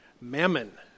mammon